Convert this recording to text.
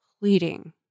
pleading